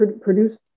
produce